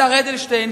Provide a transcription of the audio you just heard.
השר אדלשטיין,